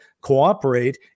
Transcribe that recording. cooperate